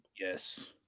Yes